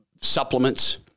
supplements